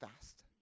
fast